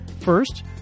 First